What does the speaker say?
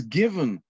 given